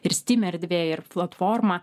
ir steam erdvė ir platforma